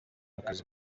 akazi